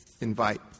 invite